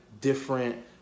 different